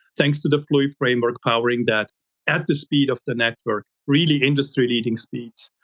thanks to the fluid framework powering that at the speed of the network, really industry-leading speeds.